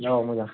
औ मोजां